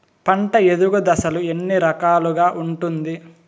పంట ఎదుగు దశలు ఎన్ని రకాలుగా ఉంటుంది?